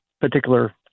particular